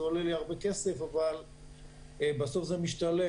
זה עולה לי הרבה כסף אבל בסוף זה משתלם.